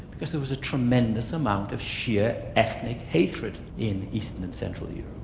because there was a tremendous amount of sheer ethnic hatred in eastern and central yeah